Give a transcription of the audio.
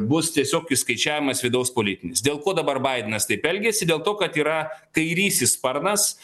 bus tiesiog išskaičiavimas vidaus politinis dėl ko dabar baidenas taip elgiasi dėl to kad yra kairysis sparnas